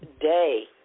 day